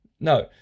No